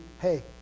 hey